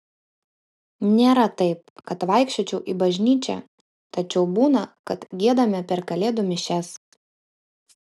nėra taip kad vaikščiočiau į bažnyčią tačiau būna kad giedame per kalėdų mišias